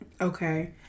Okay